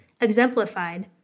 exemplified